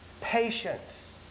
patience